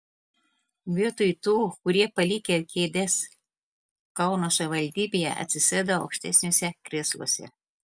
vietoj tų kurie palikę kėdes kauno savivaldybėje atsisėdo aukštesniuose krėsluose